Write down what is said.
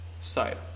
side